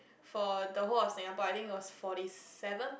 for the whole of Singapore I think was forty seven